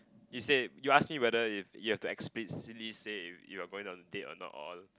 you say you ask me whether if you have to explicitly say you're going on a date or not or